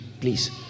please